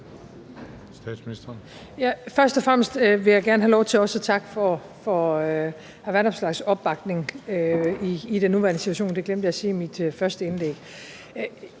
Først og fremmest vil jeg gerne have lov til også at takke for hr. Alex Vanopslaghs opbakning i den nuværende situation – det glemte jeg at sige i mit første indlæg.